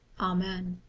amen